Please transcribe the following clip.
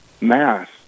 mass